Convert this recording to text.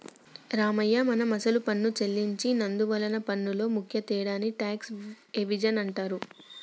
రామయ్య మనం అసలు పన్ను సెల్లించి నందువలన పన్నులో ముఖ్య తేడాని టాక్స్ ఎవేజన్ అంటారు